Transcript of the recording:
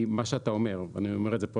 היא מה שאתה אומר ואני אומר את זה פה